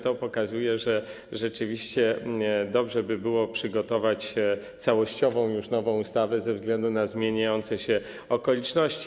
To pokazuje, że rzeczywiście dobrze by było przygotować całościową nową ustawę ze względu na zmieniające się okoliczności.